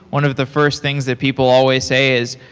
one of the first things that people always say is,